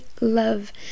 love